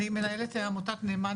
אני מנהלת עמותת נאמן,